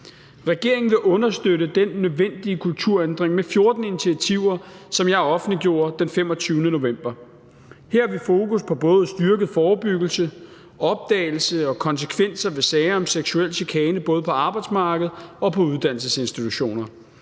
Regeringen vil understøtte den nødvendige kulturændring med 14 initiativer, som jeg offentliggjorde den 25. november. Her har vi fokus på både at styrke forebyggelse, opdagelse og konsekvenser ved sager om seksuel chikane både på arbejdsmarkedet og på uddannelsesinstitutioner.